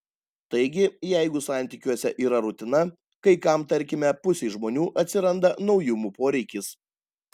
taigi jeigu santykiuose yra rutina kai kam tarkime pusei žmonių atsiranda naujumų poreikis